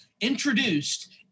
introduced